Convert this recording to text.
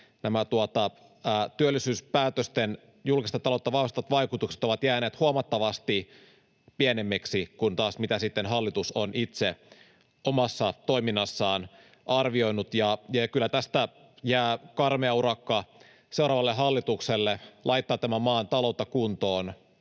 työllisyyspäätösten julkista taloutta vahvistavat vaikutukset ovat jääneet huomattavasti pienemmiksi kuin taas mitä hallitus on itse omassa toiminnassaan arvioinut. Kyllä tästä jää karmea urakka seuraavalle hallitukselle laittaa tämän maan taloutta kuntoon